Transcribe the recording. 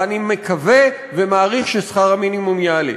ואני מקווה ומעריך ששכר המינימום יעלה.